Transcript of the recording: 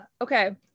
okay